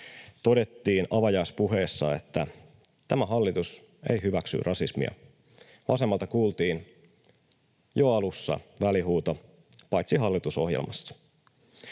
todettiin avajaispuheessa, että tämä hallitus ei hyväksy rasismia, vasemmalta kuultiin jo alussa välihuuto ”paitsi hallitusohjelmassa”.